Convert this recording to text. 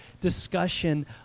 discussion